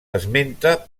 esmenta